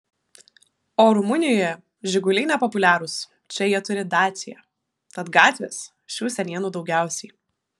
o rumunijoje žiguliai nepopuliarūs čia jie turi dacia tad gatvės šių senienų daugiausiai